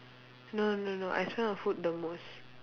no no no I spend on food the most